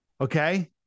okay